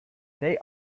they